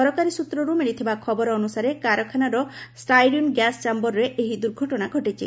ସରକାରୀ ସ୍ବତ୍ରରୁ ମିଳିଥିବା ଖବର ଅନୁସାରେ କାରଖାନାର ଷ୍ଟାଇରିନ୍ ଗ୍ୟାସ୍ ଚାୟରରେ ଏହି ଦୁର୍ଘଟଣା ଘଟିଛି